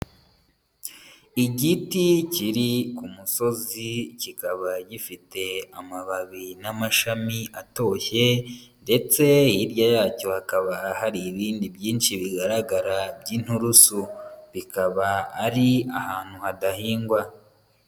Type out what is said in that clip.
Igiti kiri ku musozi, kikaba gifite amababi n'amashami atoshye, ndetse hirya yacyo hakaba hari ibindi byinshi bigaragara by'inturusu, bikaba ari ahantu hadahingwa.